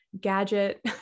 gadget